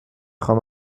خوام